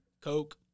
Coke